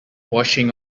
washing